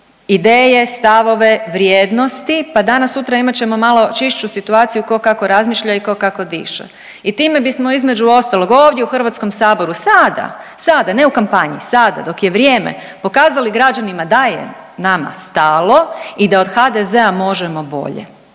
ideje, stavove, vrijednosti pa danas-sutra imat ćemo malo čišću situaciju tko kako razmišlja i tko kako diše i time bismo između ostalog ovdje u HS-u sada, sada, ne u kampanji, sada dok je vrijeme, pokazali građanima da je nama stalo i da od HDZ-a možemo bolje.